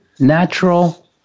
natural